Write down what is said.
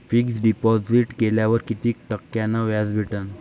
Fix deposit केल्यावर कितीक टक्क्यान व्याज भेटते?